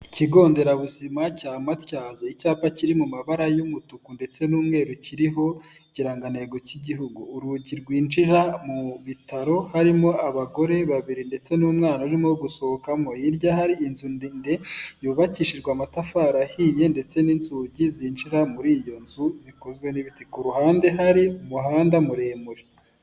Ikigo nderabuzima cya matyazo, icyapa kiri mu mabara y'umutuku ndetse n'umweru kiriho ikirangantego cy'igihugu, urugi rwinjira mu bitaro harimo abagore babiri ndetse n'umwana urimo gushokamo, hirya hari inzu ndende yubakishijwe amatafari ahiye ndetse n'inzugi zinjira muri iyo nzu zikozwe n'ibiti, ku ruhande hari umuhanda muremure.